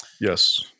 Yes